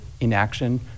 inaction